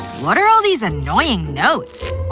what are all these annoying notes?